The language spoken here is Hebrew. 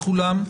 בוקר טוב לכולם,